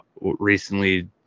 recently